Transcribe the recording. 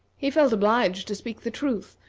he felt obliged to speak the truth,